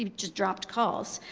um just dropped calls.